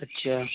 اچھا